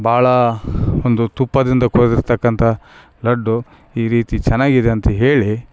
ಭಾಳ ಒಂದು ತುಪ್ಪದಿಂದ ಕೊರ್ದಿರ್ತಕ್ಕಂಥ ಲಡ್ಡು ಈ ರೀತಿ ಚೆನ್ನಾಗಿದೆ ಅಂತ ಹೇಳಿ